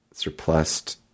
Surplused